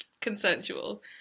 consensual